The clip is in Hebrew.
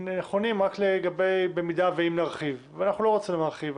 נכונה רק במידה שנרחיב ואנחנו לא רוצים להרחיב,